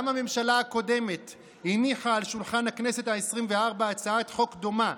גם הממשלה הקודמת הניחה על שולחן הכנסת העשרים-וארבע הצעת חוק דומה,